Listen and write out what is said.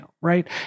Right